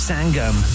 Sangam